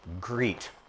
greet